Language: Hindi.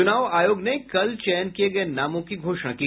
चूनाव आयोग ने कल चयन किये गये नामों की घोषणा की